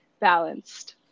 balanced